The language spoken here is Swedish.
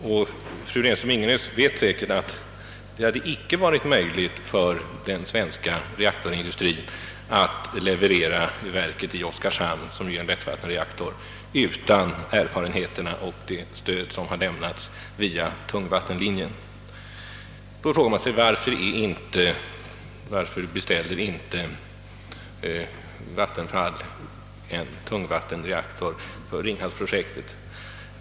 Och fru Renström-Ingenäs vet säkert, att det icke hade varit möjligt för den svenska reaktorindustrin att leverera verket i Oskarshamn — som ju är en lättvattenreaktor — utan de erfarenheter och det stöd som lämnats via tungvattenlinjen. Då frågar man sig: varför beställer inte Vattenfall en tungvattenreaktor för Ringhallsprojektet?